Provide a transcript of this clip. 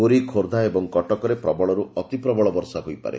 ପୁରୀ ଖୋର୍ଦ୍ଧା ଏବଂ କଟକରେ ପ୍ରବଳରୁ ଅତି ପ୍ରବଳ ବଷା ହୋଇପାରେ